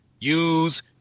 use